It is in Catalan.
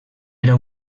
era